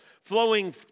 flowing